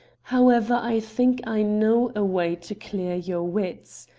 however, i think i know a way to clear your wits.